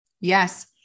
Yes